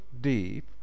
deep